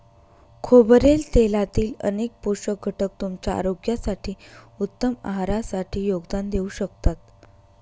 खोबरेल तेलातील अनेक पोषक घटक तुमच्या आरोग्यासाठी, उत्तम आहारासाठी योगदान देऊ शकतात